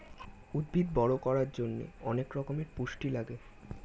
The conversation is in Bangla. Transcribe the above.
উদ্ভিদ বড় করার জন্যে অনেক রকমের পুষ্টি লাগে